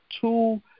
two